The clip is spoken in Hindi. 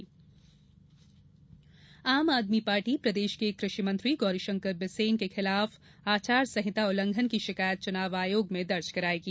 आम आदमी पार्टी आम आदमी पार्टी प्रदेश के कृषि मंत्री गौरीशंकर बिसेन के खिलाफ आचार संहिता उल्लंघन की शिकायत चुनाव आयोग में दर्ज कराएगी